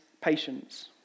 patience